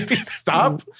stop